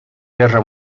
guerra